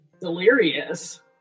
delirious